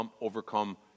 overcome